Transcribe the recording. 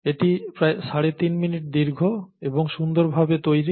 এটি প্রায় সাড়ে 3 মিনিট দীর্ঘ এবং সুন্দরভাবে তৈরি